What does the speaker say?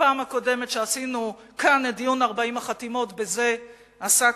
בפעם הקודמת שעשינו כאן את דיון 40 החתימות בזה עסקת,